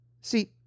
See